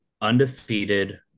undefeated